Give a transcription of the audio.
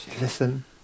Listen